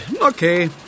Okay